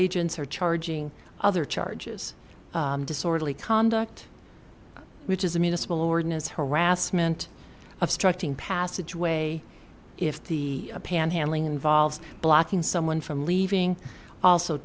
agents are charging other charges disorderly conduct which is a municipal ordinance harassment of structuring passage way if the panhandling involves blocking someone from leaving also